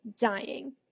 dying